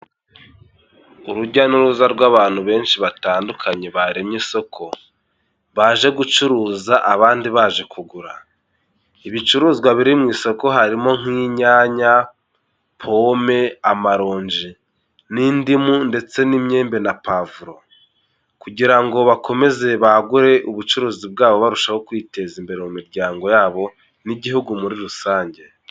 Urujya n'uruza rw'abantu benshi batandukanye baremye isoko, baje gucuruza abandi baje kugura. Ibicuruzwa biri mu isoko harimo; nk'inyanya, pome, amaronji, n'indimu, ndetse n'imyembe, na pavuro, kugira ngo bakomeze bagure ubucuruzi bwabo, barushaho kwiteza imbere mu miryango yabo n'igihugu muri rusange.